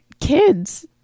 kids